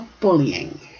bullying